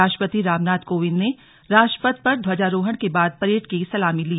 राष्ट्रपति रामनाथ कोविंद ने राजपथ पर ध्वजारोहण के बाद परेड की सलामी ली